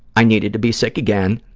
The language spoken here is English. i needed to be sick again,